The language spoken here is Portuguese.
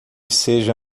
seja